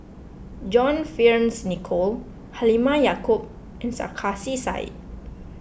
John Fearns Nicoll Halimah Yacob and Sarkasi Said